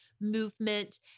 movement